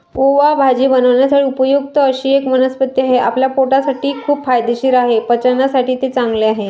ओवा भाजी बनवण्यासाठी उपयुक्त अशी एक वनस्पती आहे, आपल्या पोटासाठी खूप फायदेशीर आहे, पचनासाठी ते चांगले आहे